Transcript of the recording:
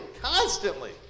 constantly